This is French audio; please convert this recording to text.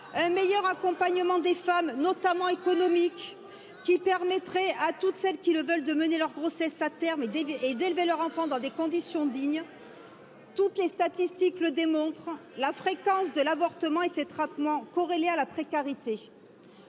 un meilleur accompagnement des femmes, notamment économiques, quii permettrait à toutes celles qui le veulent de mener leur à terme et d'élever leurs enfants dans des conditions dignes. Toutes les statistiques le démontrent, la fréquence de l'avortement et les traitement corrélé à la précarité